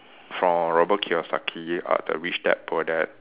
from Robert Kiyosaki uh the rich dad poor dad